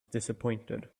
disappointed